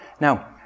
Now